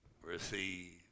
Receive